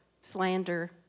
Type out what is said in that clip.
slander